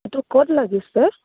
এইটো ক'ত লাগিছে